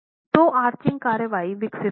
तोआर्चिंग कार्रवाई विकसित होगी